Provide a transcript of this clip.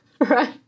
right